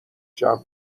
جمع